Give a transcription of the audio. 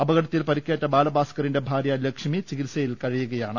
അപകടത്തിൽ പരുക്കേറ്റ ബാല ഭാസ്കറിന്റെ ഭാര്യ ലക്ഷ്മി ചികിത്സയിൽ കഴിയുകയാണ്